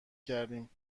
کردیم